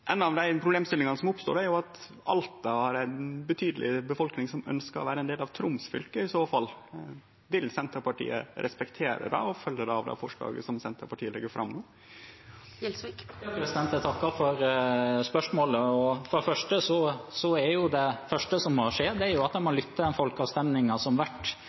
av dei problemstillingane som oppstår, er at Alta har ein betydeleg del av befolkninga som i så fall ønskjer å vere ein del av Troms fylke. Vil Senterpartiet respektere det, og følgjer det òg det forslaget som Senterpartiet legg fram no? Jeg takker for spørsmålet. Det første som må skje, er at en må lytte til den folkeavstemningen som har vært i Troms og Finnmark, som med overveldende flertall sa at